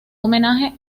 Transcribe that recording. homenaje